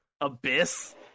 Abyss